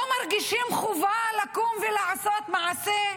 לא מרגישים חובה לקום ולעשות מעשה?